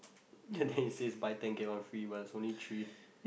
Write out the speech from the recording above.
and then it says buy ten get one free but there's only three